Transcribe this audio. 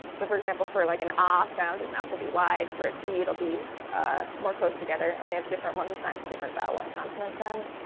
so for example, for like an a ah sound, his mouth will be wide for a t it'll be more close together and we have different ones assigned to different vowel and consonant sounds.